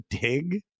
dig